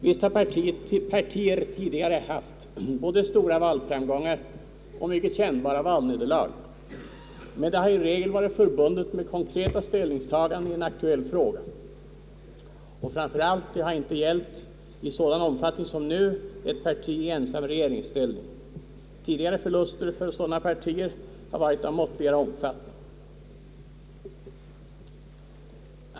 Visst har partier tidigare haft både stora valframgångar och mycket kännbara valnederlag, men dessa har i regel varit förbundna med konkreta ställningstaganden i en aktuell fråga, och framför allt har det inte i sådan omfattning som nu gällt ett parti i ensam regeringsställning. Tidigare förluster för sådana partier har varit av måttlig omfattning.